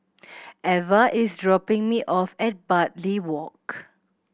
Eva is dropping me off at Bartley Walk